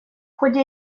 ходе